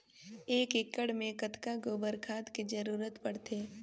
एक एकड़ मे कतका गोबर खाद के जरूरत पड़थे?